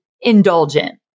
indulgent